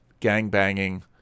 gangbanging